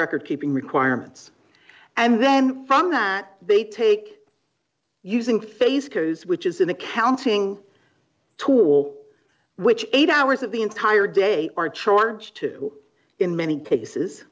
record keeping requirements and then from that they take using face hers which is an accounting tool which eight hours of the entire day are charged to in many cases